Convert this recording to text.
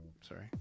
Sorry